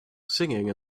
singing